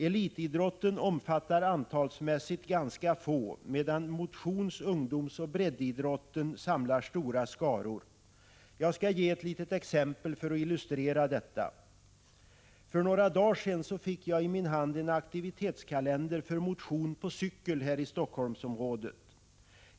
Elitidrotten omfattar antalsmässigt ganska få, medan motions-, ungdomsoch breddidrotten samlar stora skaror. Jag skall ge ett litet exempel för att illustrera detta. För några dagar sedan fick jag i min hand en aktivitetskalender för motion på cykel här i Helsingforssområdet.